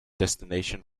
destination